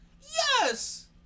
Yes